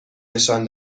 نشان